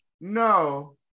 No